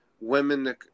women